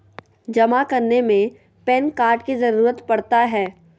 जमा करने में पैन कार्ड की जरूरत पड़ता है?